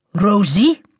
Rosie